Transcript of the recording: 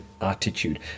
attitude